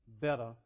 better